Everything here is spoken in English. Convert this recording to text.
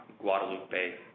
Guadalupe